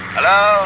Hello